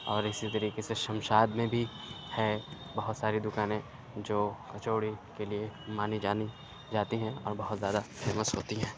اور اِسی طریقے سے شمشاد میں بھی ہے بہت ساری دُکانیں جو کچوڑی کے لیے مانی جانی جاتی ہیں اور بہت زیادہ فیمس ہوتی ہیں